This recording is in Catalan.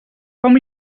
com